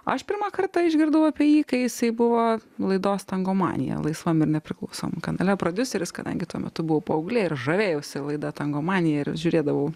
aš pirmą kartą išgirdau apie jį kai jisai buvo laidos tangomanija laisvam ir nepriklausomam kanale prodiuseris kadangi tuo metu buvau paauglė ir žavėjausi laida tangomanija ir žiūrėdavau